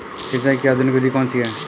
सिंचाई की आधुनिक विधि कौनसी हैं?